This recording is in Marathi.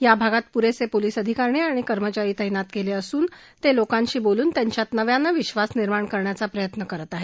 या भागात पुरेसे पोलीस अधिकारी आणि कर्मचारी तैनात केले असून ते लोकांशी बोलून त्यांच्यात नव्यानं विश्वास नि र्माण करण्याचा प्रयत्न करित आहेत